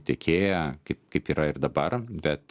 tiekėją kaip kaip yra ir dabar bet